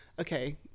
okay